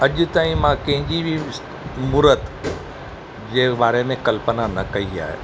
अॼु ताईं मां कंहिंजी बि मूर्त जे बारे में कल्पना न कई आहे